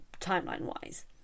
timeline-wise